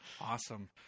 awesome